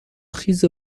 خیز